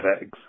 eggs